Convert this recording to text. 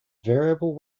variable